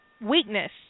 weakness